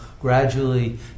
gradually